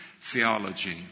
Theology